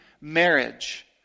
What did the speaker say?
marriage